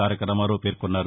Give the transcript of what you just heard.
తారక రామారావు పేర్కొన్నారు